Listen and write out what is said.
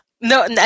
no